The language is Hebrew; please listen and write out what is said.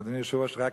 אדוני היושב-ראש,